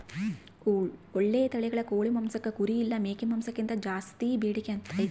ಓಳ್ಳೆ ತಳಿಗಳ ಕೋಳಿ ಮಾಂಸಕ್ಕ ಕುರಿ ಇಲ್ಲ ಮೇಕೆ ಮಾಂಸಕ್ಕಿಂತ ಜಾಸ್ಸಿ ಬೇಡಿಕೆ ಐತೆ